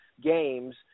games